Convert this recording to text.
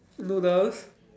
noodles